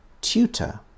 Tutor